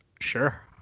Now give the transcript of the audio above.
Sure